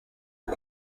aux